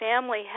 family